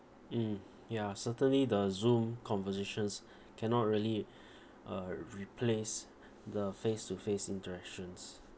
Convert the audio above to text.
mmhmm ya certainly the Zoom conversations cannot really uh replace the face to face interactions